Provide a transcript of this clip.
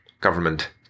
government